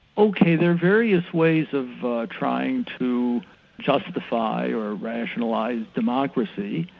ok there are various ways of trying to justify or rationalise democracy,